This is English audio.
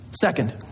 Second